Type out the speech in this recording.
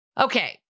Okay